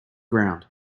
ground